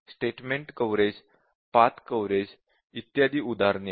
statement coverage path coverage इत्यादी उदाहरणे आहेत